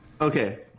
Okay